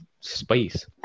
space